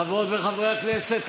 חברות וחברי הכנסת,